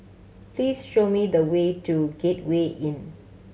please show me the way to Gateway Inn